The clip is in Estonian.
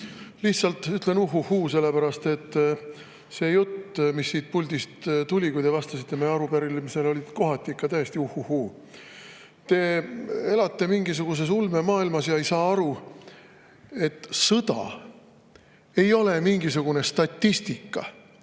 Lihtsalt ütlen uh‑uh‑huu, sellepärast et see jutt, mis siit puldist tuli, kui te vastasite meie arupärimisele, oli kohati ikka täiesti uh-uh-huu. Te elate mingisuguses ulmemaailmas ja ei saa aru, et sõda ei ole mingisugune statistika,